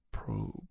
probe